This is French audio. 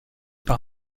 par